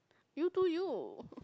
you to you